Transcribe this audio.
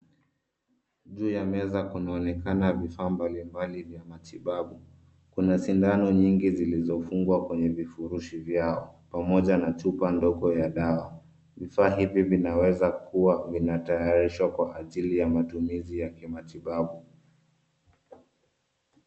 Juu ya meza kunaoneka vifaa mbalimbali vya matibabu. Kuna sindano nyingi zilivyofungwa kwenye vifurushi vyao pamoja na chupa ndogo ya dawa. Vifaa hivi vinaweza kuwa vinatayarishwa kwa ajili ya matumizi ya kimatibabu.